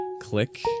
click